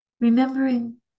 remembering